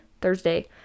Thursday